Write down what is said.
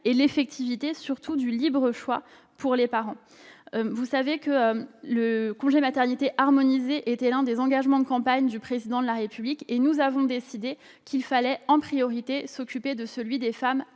et l'effectivité du libre choix des parents. La mise en place d'un congé maternité harmonisé était l'un des engagements de campagne du Président de la République. Nous avons décidé qu'il fallait en priorité s'occuper de celui des femmes